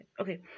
okay